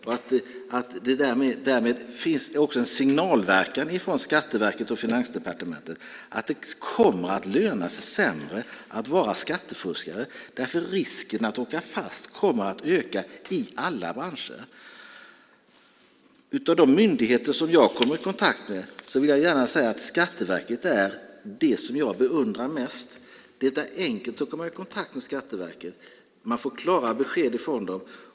Det finns därmed också en signalverkan från Skatteverket och Finansdepartementet att det kommer att löna sig sämre att vara skattefuskare därför att risken att åka fast kommer att öka i alla branscher. Av de myndigheter som jag har kommit i kontakt med vill jag gärna säga att Skatteverket är det som jag beundrar mest. Det är enkelt att komma i kontakt med Skatteverket. Man får klara besked från dem.